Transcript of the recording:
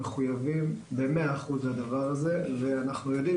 אנחנו מחויבים במאה אחוז לדבר הזה ואנחנו יודעים